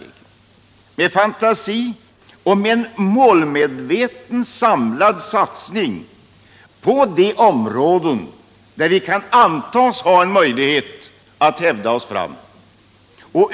För den krävs fantasi och en målmedveten och samlad satsning på de områden där vi kan antas ha en möjlighet att hävda oss framöver.